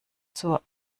zur